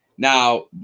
Now